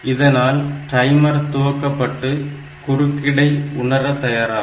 இதனால் டைமர் துவக்கப்பட்டு குறுக்கீடை உணர தயாராகும்